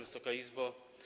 Wysoka Izbo!